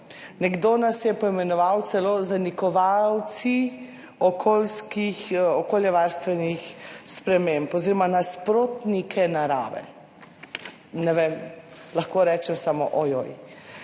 Nekdo nas je poimenoval celo zanikovalci okoljskih, okoljevarstvenih sprememb oziroma nasprotnike narave. Ne vem, lahko rečem samo ojoj.